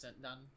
done